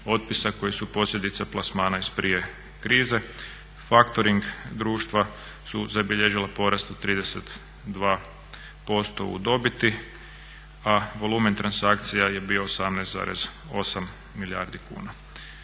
koji su posljedica plasmana iz prije krize. Factoring društva su zabilježila porast od 32% u dobiti, a volumen transakcija je bio 18,8 milijardi kuna.